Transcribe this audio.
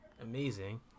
amazing